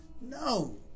no